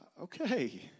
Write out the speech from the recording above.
Okay